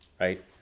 Right